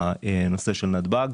מהנושא של נתב"ג.